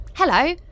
Hello